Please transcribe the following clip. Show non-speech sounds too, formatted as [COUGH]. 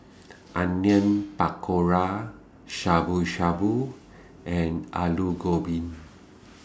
[NOISE] Onion Pakora Shabu Shabu and Alu [NOISE] Gobi